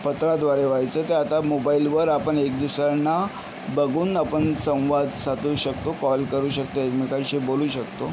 पत्राद्वारे व्हायचं ते आता मोबाईलवर आपण एक दुसऱ्यांना बघून आपण संवाद साधू शकतो कॉल करू शकतो एकमेकांशी बोलू शकतो